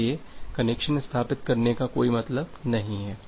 इसलिए कनेक्शन स्थापित करने का कोई मतलब नहीं है